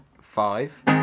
five